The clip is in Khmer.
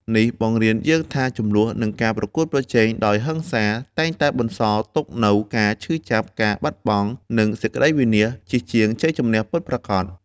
នេះបង្រៀនយើងថា ជម្លោះ និងការប្រកួតប្រជែងដោយហិង្សា តែងតែបន្សល់ទុកនូវការឈឺចាប់ ការបាត់បង់ និងសេចក្ដីវិនាស ជាជាងជ័យជម្នះពិតប្រាកដ។